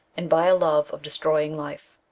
and by a love of destroying life.